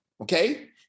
okay